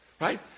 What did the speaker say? right